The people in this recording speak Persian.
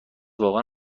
واقعا